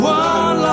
one